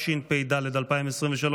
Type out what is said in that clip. התשפ"ד 2023,